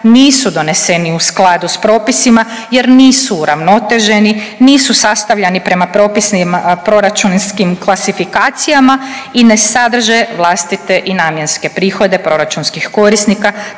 nisu doneseni u skladu s propisima jer nisu uravnoteženi, nisu sastavljani prema propisnim proračunskim klasifikacijama i ne sadrže vlastite i namjenske prihode proračunskih korisnika,